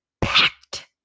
packed